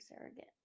surrogate